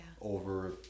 over